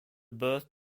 birth